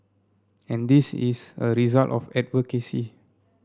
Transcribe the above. and this is a result of advocacy